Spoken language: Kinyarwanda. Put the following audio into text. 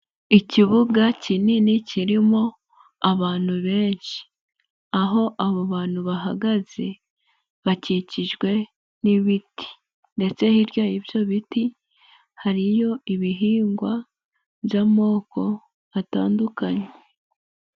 Ikibuga kinini kirimo abantu benshi, aho abo bantu bahagaze, bakikijwe n'ibiti ndetse hirya y'ibyo biti hariyo ibihingwa by'amoko atandukanye.